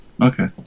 Okay